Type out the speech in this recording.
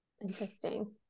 interesting